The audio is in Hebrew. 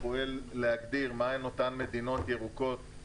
הוא פועל להגדיר מה הן אותן מדינות ירוקות.